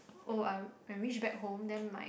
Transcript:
orh I when reach back home then my